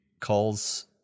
calls